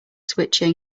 switching